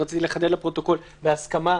רציתי לחדד לפרוטוקול בהסכמה.